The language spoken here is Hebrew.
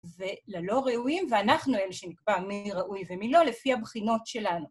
וללא ראויים, ואנחנו אלה שנקבע מי ראוי ומי לא לפי הבחינות שלנו.